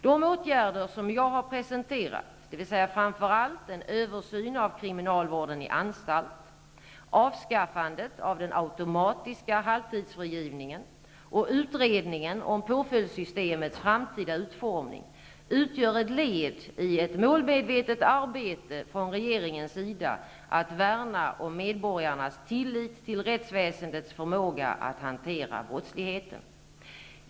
De åtgärder som jag har presenterat -- dvs. framför allt en översyn av kriminalvården i anstalt, avskaffandet av den automatiska halvtidsfrigivningen och utredningen om påföljdssystemets framtida utformning -- utgör ett led i ett målmedvetet arbete från regeringens sida att värna om medborgarnas tillit till rättsväsendets förmåga att hantera brottsligheten.